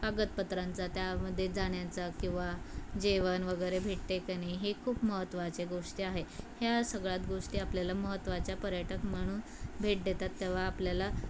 कागदपत्रांचा त्यामध्ये जाण्याचा किंवा जेवण वगैरे भेटते की नाही हे खूप महत्त्वाचे गोष्टी आहे ह्या सगळ्यात गोष्टी आपल्याला महत्त्वाच्या पर्यटक म्हणून भेट देतात तेव्हा आपल्याला